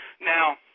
Now